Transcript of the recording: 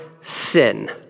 sin